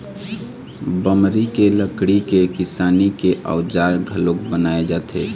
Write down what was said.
बमरी के लकड़ी के किसानी के अउजार घलोक बनाए जाथे